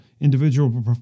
individual